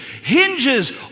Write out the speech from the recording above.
hinges